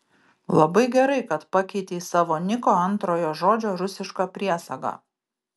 labai gerai kad pakeitei savo niko antrojo žodžio rusišką priesagą